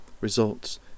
results